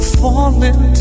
falling